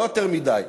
לא יותר מדי.